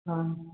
हाँ